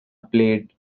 played